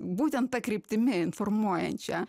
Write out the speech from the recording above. būtent ta kryptimi informuojančią